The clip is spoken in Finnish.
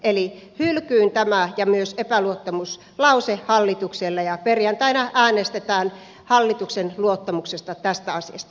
eli hylkyyn tämä ja myös epäluottamuslause hallitukselle ja perjantaina äänestetään hallituksen luottamuksesta tässä asiassa